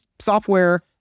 software